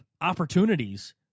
opportunities